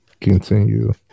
continue